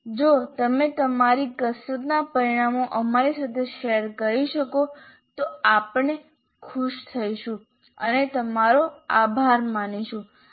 જો તમે તમારી કસરતના પરિણામો અમારી સાથે શેર કરી શકો તો આપણે ખુશ થઈશું અને તમારો આભાર માનીશું